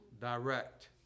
direct